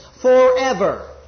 forever